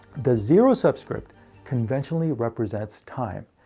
the zero subscript conventionally represents time,